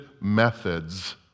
methods